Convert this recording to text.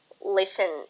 listen